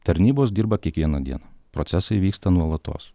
tarnybos dirba kiekvieną dieną procesai vyksta nuolatos